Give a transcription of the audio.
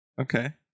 Okay